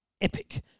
epic